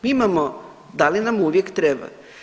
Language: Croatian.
Mi imamo, da li nam uvijek treba?